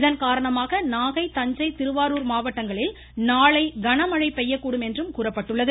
இதன் காரணமாக நாகை தஞ்சை திருவாரூர் மாவட்டங்களில் நாளை கனமழை பெய்யக்கூடும் என்று கூறப்பட்டுள்ளது